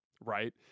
right